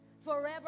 forever